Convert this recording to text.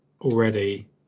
already